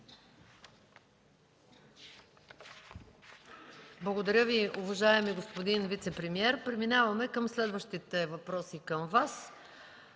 Благодаря Ви, уважаеми господин вицепремиер. Преминаваме към следващите въпроси към Вас.